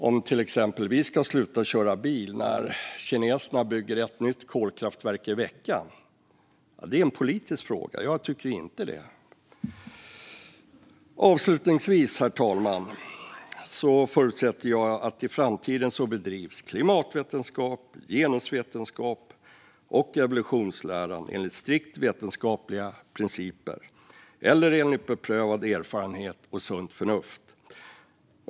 Om vi till exempel ska sluta att köra bil när kineserna bygger ett nytt kolkraftverk i veckan är en politisk fråga. Jag tycker inte det. Herr talman! Avslutningsvis förutsätter jag att klimatvetenskap, genusvetenskap och evolutionsläran bedrivs enligt strikt vetenskapliga principer eller enligt beprövad erfarenhet och sunt förnuft.